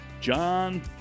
John